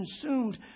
consumed